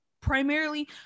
primarily